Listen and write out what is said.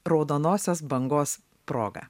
raudonosios bangos proga